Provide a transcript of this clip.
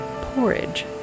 porridge